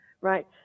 right